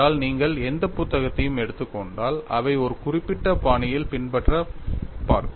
ஏனென்றால் நீங்கள் எந்த புத்தகத்தையும் எடுத்துக் கொண்டால் அவை ஒரு குறிப்பிட்ட பாணியில் பின்பற்றப் பார்க்கும்